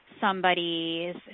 somebody's